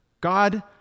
God